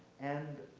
and